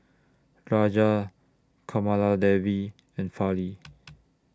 Rajan Kamaladevi and Fali